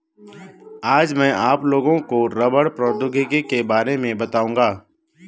आज मैं आप लोगों को रबड़ प्रौद्योगिकी के बारे में बताउंगा